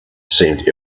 seemed